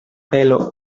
pelo